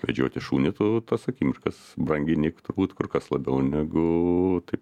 vedžioti šunį tu tas akimirkas brangini turbūt kur kas labiau negu tai